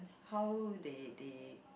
how they they